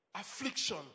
affliction